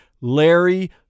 Larry